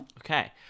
Okay